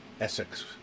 Essex